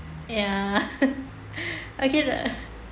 ya okay the